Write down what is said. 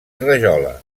rajola